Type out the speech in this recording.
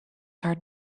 haar